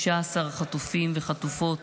19 חטופים וחטופות